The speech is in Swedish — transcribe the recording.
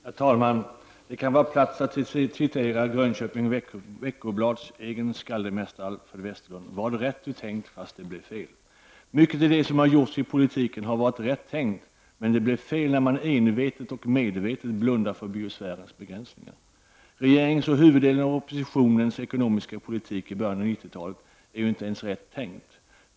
Herr talman! Det kan vara på sin plats att citera Grönköpings Veckoblads egen skaldemästare Alfred Vesterlund: ”Vad rätt du tänkt fast det blev fel.” Mycket i det som har gjorts i politiken har varit rätt tänkt, men det blev fel när man envetet och medvetet blundat för biosfärens begränsningar. Regeringens och huvuddelen av oppositionens ekonomiska politik i början av 90-talet är inte ens rätt tänkt.